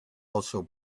also